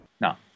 Now